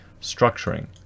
Structuring